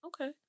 Okay